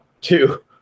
two